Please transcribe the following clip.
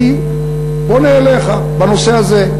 אני פונה אליך בנושא הזה.